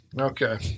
Okay